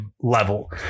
level